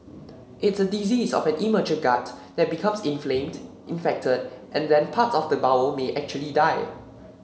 it's a disease of an immature gut that becomes inflamed infected and then parts of the bowel may actually die